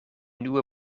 nieuwe